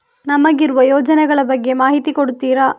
ನಮಗಿರುವ ಯೋಜನೆಗಳ ಬಗ್ಗೆ ಮಾಹಿತಿ ಕೊಡ್ತೀರಾ?